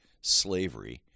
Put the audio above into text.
slavery